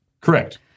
Correct